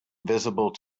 visible